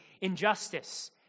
injustice